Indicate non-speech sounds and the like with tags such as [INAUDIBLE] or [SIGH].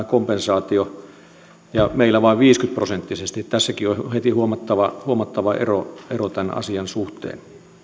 [UNINTELLIGIBLE] kompensaatio annetaan sata prosenttisesti ja meillä vain viisikymmentä prosenttisesti tässäkin on heti huomattava huomattava ero tämän asian suhteen